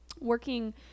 working